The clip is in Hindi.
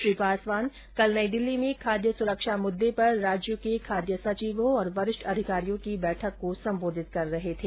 श्री पासवान कल नई दिल्ली में खाद्य सुरक्षा मुद्दे पर राज्यों के खाद्य सचिवों और वरिष्ठ अधिकारियों की बैठक को संबोधित कर रहे थे